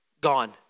gone